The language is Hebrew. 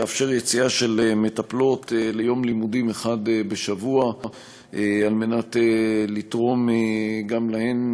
שיאפשר יציאה של מטפלות ליום לימודים אחד בשבוע על מנת לתרום גם להן,